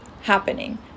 happening